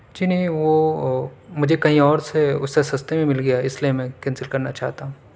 جی نہیں وہ مجھے کہیں اور سے اس سے سستے میں مل گیا اس لیے میں کینسل کرنا چاہتا ہوں